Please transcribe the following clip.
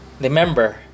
Remember